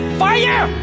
fire